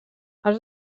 els